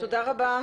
תודה רבה.